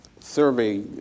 survey